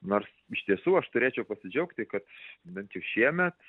nors iš tiesų aš turėčiau pasidžiaugti kad bent jau šiemet